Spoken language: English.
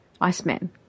Iceman